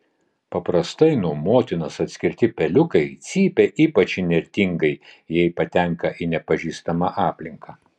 paprastai nuo motinos atskirti peliukai cypia ypač įnirtingai jei patenka į nepažįstamą aplinką